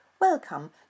welcome